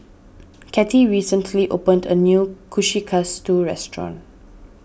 Kathy recently opened a new Kushikatsu restaurant